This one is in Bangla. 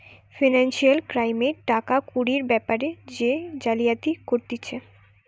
ফিনান্সিয়াল ক্রাইমে টাকা কুড়ির বেপারে যে জালিয়াতি করতিছে